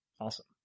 awesome